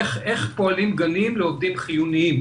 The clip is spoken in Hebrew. איך פועלים גנים לעובדים חיוניים.